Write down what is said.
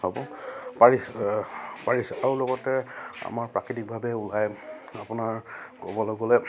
হ'ব পাৰিছে আৰু লগতে আমাৰ প্ৰাকৃতিকভাৱে ওলাই আপোনাৰ ক'বলৈ গ'লে